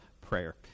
prayer